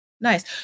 Nice